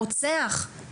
הרוצח,